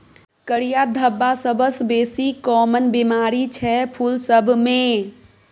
करिया धब्बा सबसँ बेसी काँमन बेमारी छै फुल सब मे